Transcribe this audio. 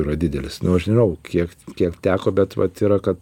yra didelis nu aš nežinau kiek kiek teko bet vat yra kad